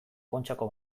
kontxako